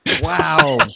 Wow